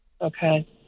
Okay